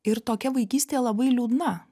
ir tokia vaikystė labai liūdna